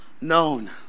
known